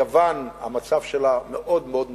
יוון, המצב שלה מאוד מאוד נזיל.